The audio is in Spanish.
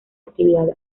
actividad